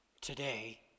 today